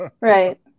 Right